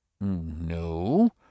No